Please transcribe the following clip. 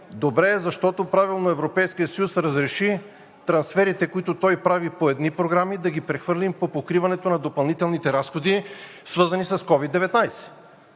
добре е, защото правилно Европейският съюз разреши трансферите, които той прави по едни програми, да ги прехвърлим по покриването на допълнителните разходи, свързани с COVID-19.